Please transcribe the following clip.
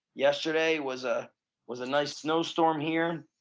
yesterday was ah was a nice snow storm here.